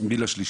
של הגיל השלישי.